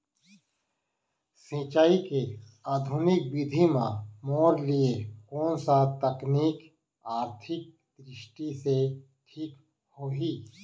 सिंचाई के आधुनिक विधि म मोर लिए कोन स तकनीक आर्थिक दृष्टि से ठीक होही?